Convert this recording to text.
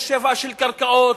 יש שפע של קרקעות,